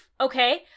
Okay